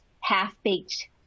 half-baked